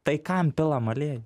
tai kam pilam aliejų